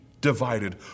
divided